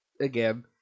again